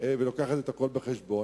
ולוקחת את הכול בחשבון,